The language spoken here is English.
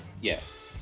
Yes